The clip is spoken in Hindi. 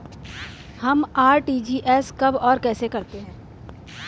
हम आर.टी.जी.एस कब और कैसे करते हैं?